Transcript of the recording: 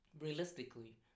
realistically